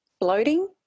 bloating